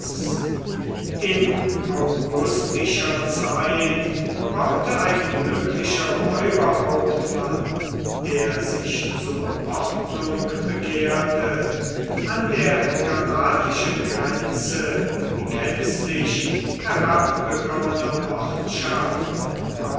in augustischer zeit baute ein glücklicher räuberhauptmann der sich zur ordnung bekehrte an der galatischen grenze die gänzlich herabgekommene